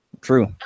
True